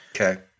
Okay